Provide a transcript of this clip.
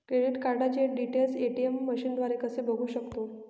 Credit कार्डचे details ATM मशीनद्वारे कसे बघू शकतो?